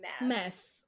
Mess